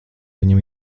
viņam